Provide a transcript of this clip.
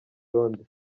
londres